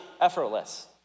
effortless